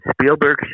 Spielberg